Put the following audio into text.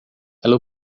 ela